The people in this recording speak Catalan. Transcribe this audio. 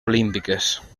olímpiques